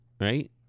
right